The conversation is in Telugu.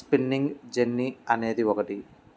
స్పిన్నింగ్ జెన్నీ అనేది ఒకటి